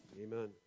Amen